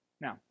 Now